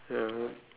ya man